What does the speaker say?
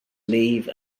leave